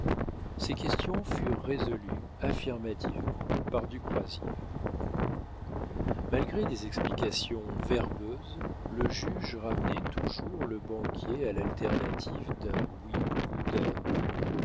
ces questions furent résolues affirmativement par du croisier malgré des explications verbeuses le juge ramenait toujours le banquier à l'alternative d'un oui ou d'un non